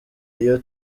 iyo